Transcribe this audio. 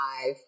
five